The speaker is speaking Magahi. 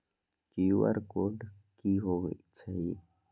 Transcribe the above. कियु.आर कोड कि हई छई?